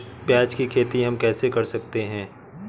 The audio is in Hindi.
प्याज की खेती हम कैसे कर सकते हैं?